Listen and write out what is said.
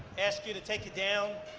ask you to take it down,